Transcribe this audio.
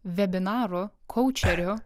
vebinarų kaučerių